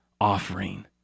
offering